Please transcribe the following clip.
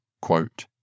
Quote